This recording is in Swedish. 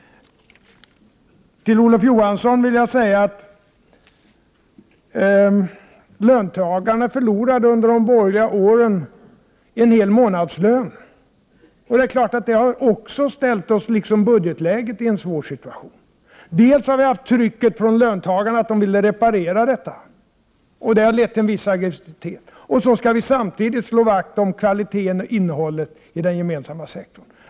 Till Olof Johansson vill jag säga att löntagarna under de borgerliga regeringsåren förlorade en hel månadslön. Det är klart att detta, liksom budgetläget, har ställt oss i en svår situation. Vi har haft trycket från löntagarna att de har velat reparera detta, vilket har lett till en viss aggressivitet. Samtidigt skall vi slå vakt om kvaliteten och innehållet i den gemensammma sektorn.